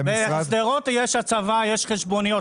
בשדרות יש הצבה, יש חשבוניות.